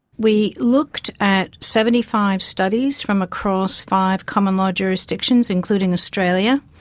we looked at seventy five studies from across five common law jurisdictions including australia,